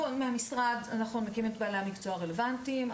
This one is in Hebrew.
אנחנו מהמשרד מקימים את המקצוע הרלבנטיים,